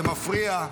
זה מפריע.